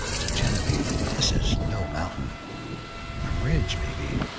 to genevieve this is no mountain a ridge maybe,